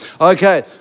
Okay